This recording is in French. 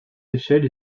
échelles